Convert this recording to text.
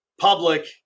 public